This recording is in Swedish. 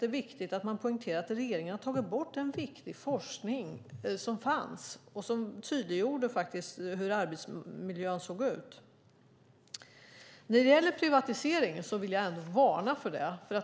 Det är viktigt att poängtera att regeringen tagit bort viktig forskning som fanns och faktiskt tydliggjorde hur arbetsmiljön såg ut. När det gäller privatiseringen vill jag varna för den.